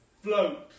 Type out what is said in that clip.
Float